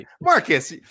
Marcus